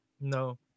No